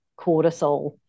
cortisol